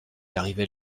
arrivait